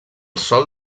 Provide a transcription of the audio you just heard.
sòl